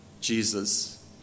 Jesus